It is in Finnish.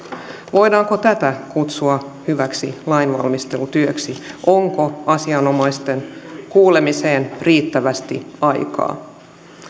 voidaanko tätä kutsua hyväksi lainvalmistelutyöksi onko asianomaisten kuulemiseen riittävästi aikaa